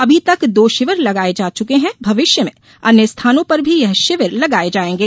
अभी तक दो शिविर लगाये जा चुके हैं भविष्य में अन्य स्थानों पर भी ये शिविर लगाये जायेंगे